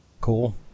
cool